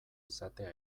izatea